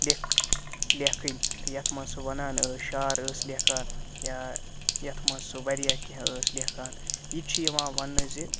لِکھ لٮ۪کھٕنۍ تہٕ یَتھ منٛز سُہ وَنان ٲس شعر ٲس لٮ۪کھان یا یَتھ منٛز سُہ واریاہ کیٚنٛہہ ٲس لٮ۪کھان یہِ تہِ چھِ یِوان وَنٛنہٕ زِ